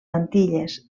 antilles